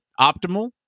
optimal